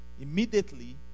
immediately